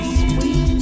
sweet